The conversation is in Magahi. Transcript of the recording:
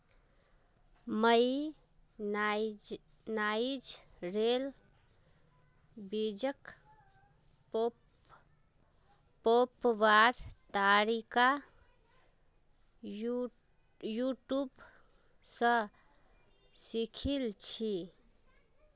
मुई नाइजरेर बीजक रोपवार तरीका यूट्यूब स सीखिल छि